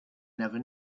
never